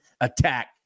attack